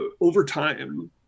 overtime